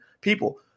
people